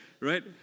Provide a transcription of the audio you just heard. right